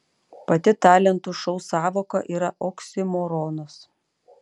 pati talentų šou sąvoka yra oksimoronas